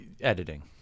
editing